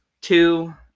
two